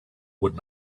would